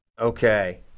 Okay